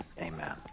Amen